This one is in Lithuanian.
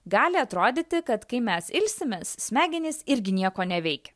gali atrodyti kad kai mes ilsimės smegenys irgi nieko neveikia